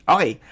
Okay